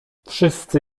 wszyscy